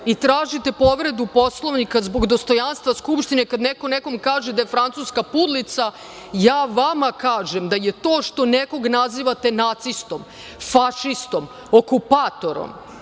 i tražite povredu Poslovnika zbog dostojanstva Skupštine kada neko nekom kaže da je francuska pudlica, ja vama kažem da je to što nekog nazivate nacistom, fašistom, okupatorom